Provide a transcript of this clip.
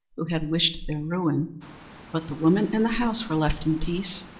who had wished their ruin but the woman and the house were left in peace,